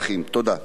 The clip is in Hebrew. תודה רבה.